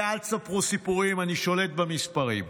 לי אל תספרו סיפורים, אני שולט במספרים.